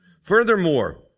Furthermore